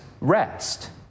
rest